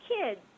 kids